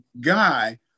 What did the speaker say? guy